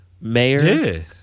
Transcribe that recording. mayor